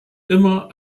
immer